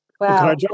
Wow